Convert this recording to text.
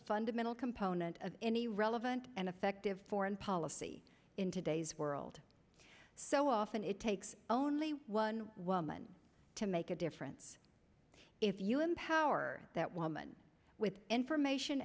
fundamental component of any relevant and effective foreign policy in today's world so often it takes only one woman to make a difference if you empower that woman with information